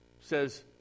says